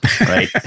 right